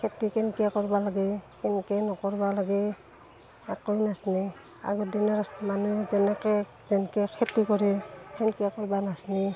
খেতি কেনকে কৰবা লাগে কেনকে নকৰবা লাগে একো নাজনে আগৰ দিনৰ মানুহ যেনেকে যেনকে খেতি কৰে সেনকে কৰবা নাজনে